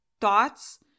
thoughts